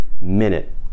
minute